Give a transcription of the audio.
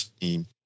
team